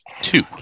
two